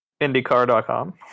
IndyCar.com